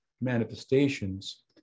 manifestations